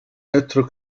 اترك